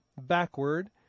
backward